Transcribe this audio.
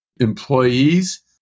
employees